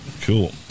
Cool